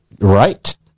right